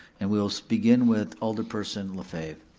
and we will so begin with alderperson lefebvre.